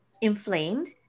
inflamed